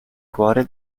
cuore